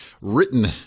written